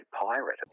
pirate